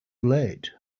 late